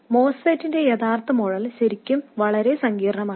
മോസ്ഫെറ്റിന്റെ യഥാർത്ഥ മോഡൽ ശരിക്കും വളരെ സങ്കീർണ്ണമാണ്